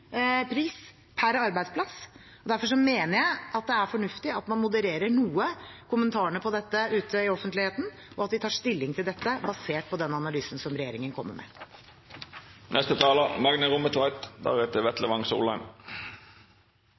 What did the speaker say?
pris per arbeidsplass. Derfor mener jeg det er fornuftig at man moderer kommentarene om dette ute i offentligheten noe, og at vi tar stilling til dette basert på den analysen som regjeringen kommer